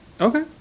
Okay